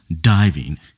diving